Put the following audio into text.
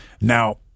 Now